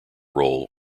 role